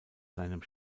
seinem